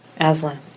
Aslan